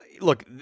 Look